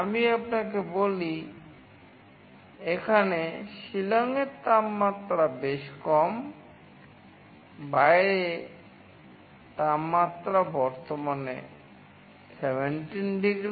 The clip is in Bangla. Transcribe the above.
আমি আপনাকে বলি এখানে শিলংয়ের তাপমাত্রা বেশ কম বাইরের তাপমাত্রা বর্তমানে 17 ডিগ্রি